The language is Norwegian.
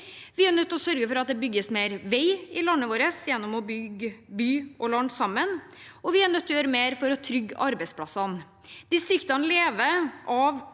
Vi er nødt til å sørge for at det bygges mer vei i landet vårt, ved å bygge by og land sammen, og vi er nødt til å gjøre mer for å trygge arbeidsplassene. Distriktene lever av